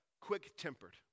quick-tempered